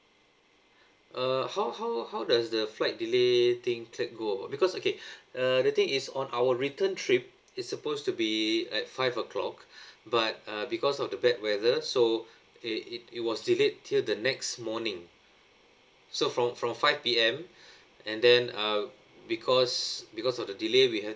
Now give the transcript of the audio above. err how how how does the flight delay thing track go because okay uh the thing is on our return trip it's supposed to be at five o'clock but uh because of the bad weather so they it it was delayed till the next morning so from from five P_M and then uh because because of the delay we had